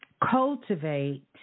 cultivate